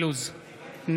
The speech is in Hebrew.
גם ההצבעה הזאת תהיה שמית.